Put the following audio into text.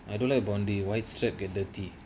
I don't like bondi white get dirty